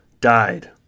died